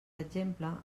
exemple